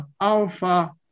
alpha